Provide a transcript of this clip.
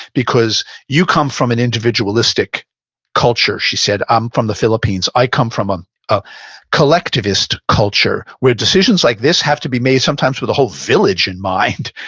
because you come from an individualistic culture, she said. i'm from the philippines. i come from um a collectivist collectivist culture where decisions like this have to be made sometimes with a whole village in mind.